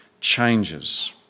changes